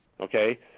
okay